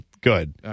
good